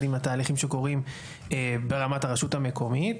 עם התהליכים שקורים ברמת הרשות המקומית.